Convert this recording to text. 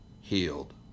healed